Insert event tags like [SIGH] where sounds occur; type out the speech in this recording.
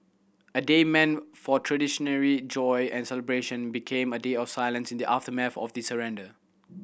a day meant for [UNINTELLIGIBLE] joy and celebration became a day of silence in the aftermath of the surrender